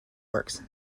works